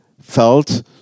felt